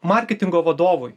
marketingo vadovui